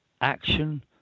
action